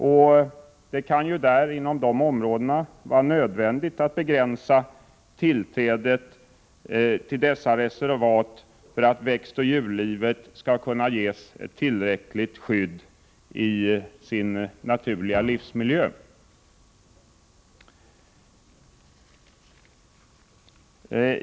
Inom dessa områden kan det ju vara nödvändigt att man begränsar rätten till tillträde för att växtoch djurlivet skall få ett tillräckligt skydd i den naturliga livsmiljön.